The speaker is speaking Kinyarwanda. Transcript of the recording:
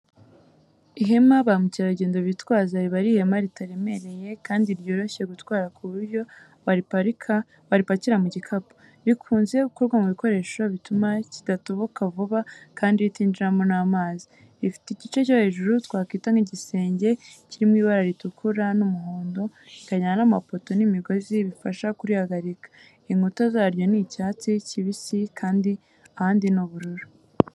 Ihema ba mukerarugendo bitwaza riba ari ihema ritaremereye kandi ryoroshye gutwara ku buryo waripakira mu gikapu, rikunze gukorwa mu bikoresho bituma kidatoboka vuba kandi ritinjirwamo n’amazi. Rifite igice cyo hejuru twakita nk'igisenge kiri mu ibara ritukura n'umuhondo, rikagira n'amapoto n'imigozi bifasha kurihagarika. Inkuta zaryo ni icyatsi kibisi ahandi ni ubururu.